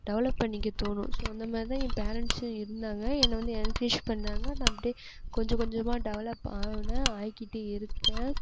develop பண்ணிக்க தோணும் so அந்தமாரி தான் என் பேரண்ட்ஸும் இருந்தாங்க என்ன வந்து என்கிரேஜ் பண்ணாங்க நான் அப்படியே கொஞ்சம் கொஞ்சமாக டெவலப் ஆவுவேன் ஆகிக்கிட்டு இருக்கேன்